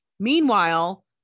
Meanwhile